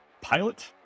pilot